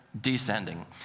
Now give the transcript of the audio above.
descending